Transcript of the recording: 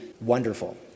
wonderful